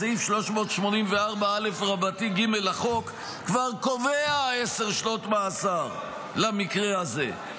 סעיף 384א(ג) לחוק כבר קובע עשר שנות מאסר למקרה הזה,